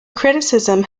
criticism